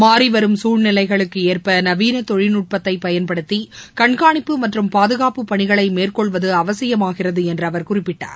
மாநிவரும் சூழ்நிலைகளுக்கேற்ப நவீனதொழில்நுட்பத்தைபயன்படுத்தி கண்காணிப்பு மற்றும் பாதுகாப்பு பணிகளை மேற்கொள்வதுஅவசியமாகிறதுஎன்றுஅவர் குறிப்பிட்டார்